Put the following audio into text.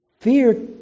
Fear